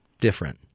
different